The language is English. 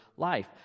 life